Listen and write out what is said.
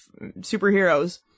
superheroes